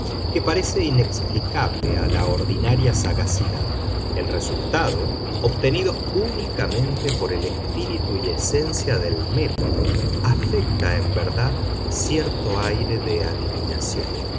que parece inexplicable a la ordinaria sagacidad el resultado obtenido únicamente por el espíritu y esencia del método afecta en verdad cierto aire de adivinación